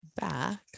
back